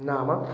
नाम